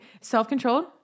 self-controlled